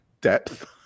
Depth